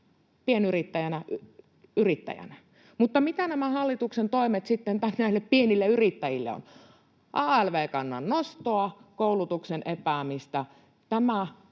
mutta mitä nämä hallituksen toimet sitten näille pienille yrittäjille ovat? Alv-kannan nostoa, koulutuksen epäämistä.